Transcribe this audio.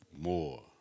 more